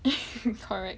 correct